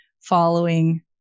following